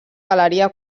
galeria